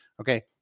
Okay